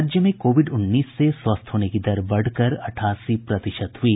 राज्य में कोविड उन्नीस से स्वस्थ होने की दर बढ़कर अठासी प्रतिशत हुई